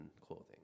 clothing